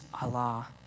Allah